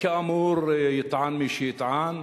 כאמור, יטען מי שיטען